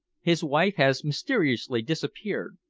his wife has mysteriously disappeared,